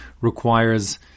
requires